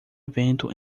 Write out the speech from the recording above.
evento